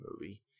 movie